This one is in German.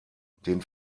den